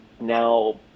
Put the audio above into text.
Now